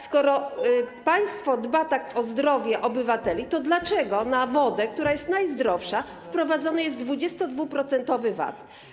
Skoro państwo tak dba o zdrowie obywateli, to dlaczego na wodę, która jest najzdrowsza, wprowadzony jest 22-procentowy VAT?